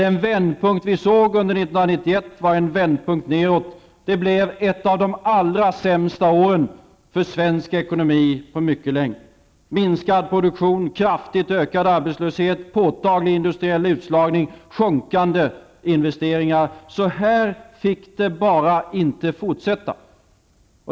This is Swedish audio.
Den vändpunkt som vi såg under 1991 var en vändpunkt nedåt. 1991 blev ett av de allra sämsta åren för svensk ekonomi på mycket länge. Vi fick minskad produktion, kraftigt ökad arbetslöshet, påtaglig industriell utslagning och sjunkande investeringar. Så här kan det bara inte fortsätta.